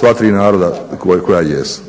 sva tri naroda koja jesu.